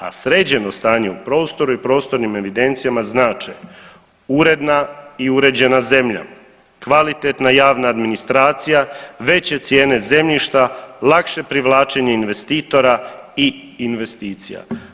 A sređeno stanje u prostoru i prostornim evidencijama znače uredna i uređena zemlja, kvalitetna javna administracija, veće cijene zemljišta, lakše privlačenje investitora i investicija.